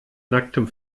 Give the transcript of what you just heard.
nacktem